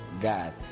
God